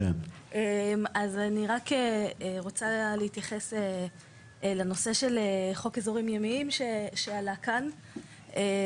אני רק רוצה להתייחס לנושא של חוק אזורים ימיים שעלה כאן.